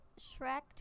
shrek